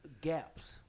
gaps